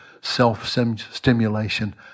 self-stimulation